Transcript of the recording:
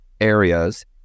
areas